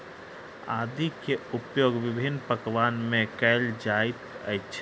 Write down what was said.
आदी के उपयोग विभिन्न पकवान में कएल जाइत अछि